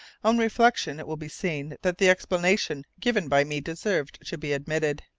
on reflection it will be seen that the explanation given by me deserved to be admitted.